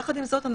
יחד עם זאת,